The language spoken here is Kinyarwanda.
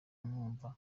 mwumva